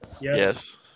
Yes